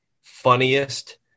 funniest